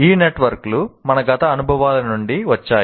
ఈ నెట్వర్క్ లు మన గత అనుభవాల నుండి వచ్చాయి